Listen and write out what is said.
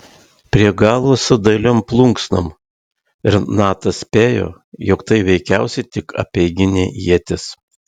prie galo su dailiom plunksnom ir natas spėjo jog tai veikiausiai tik apeiginė ietis